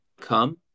come